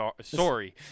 sorry